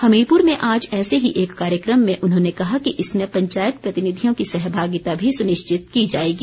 हमीरपुर में आज ऐसे ही एक कार्यक्रम में उन्होंने कहा कि इसमें पंचायत प्रतिनिधियों की सहमागिता भी सुनिश्चित की जाएगी